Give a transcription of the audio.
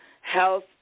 health